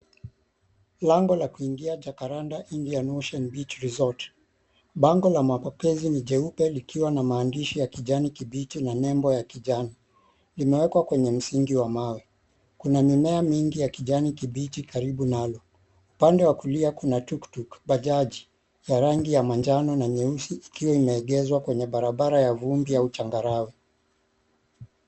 Lango la kuingia Jacaranda Indiana Ocean Beach Resort. Bango la mapokezi ni jeupe likiwa na maandishi ya kijani kibichi na nembo ya kinjano limewekwa kwenye msingi wa mawe. Kuna mimea mingi ya kijani kibichi karibu nalo. Upande wa kulia kuna tuktuk Bajaji ya rangi ya manjano na nyeusi ikiwa imeegezwa kwenye barabara ya vumbi au changarawe.